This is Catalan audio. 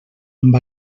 amb